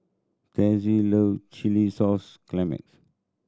Trae love chilli sauce